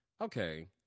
okay